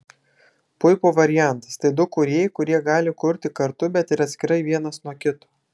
puipų variantas tai du kūrėjai kurie gali kurti kartu bet ir atskirai vienas nuo kito